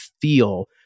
feel